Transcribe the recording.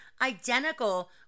identical